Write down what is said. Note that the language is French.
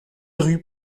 rue